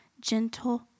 gentle